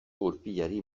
gurpilari